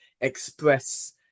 express